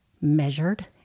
measured